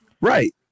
Right